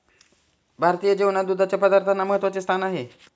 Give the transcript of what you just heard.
भारतीय जेवणात दुधाच्या पदार्थांना महत्त्वाचे स्थान आहे